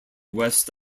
west